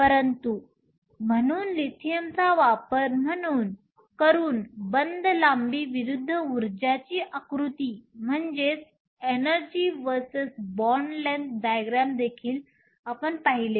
उदाहरण म्हणून लिथियमचा वापर करून बंध लांबी विरुद्ध उर्जाची आकृती देखील आपण पाहिले